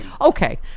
Okay